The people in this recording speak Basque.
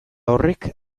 horrek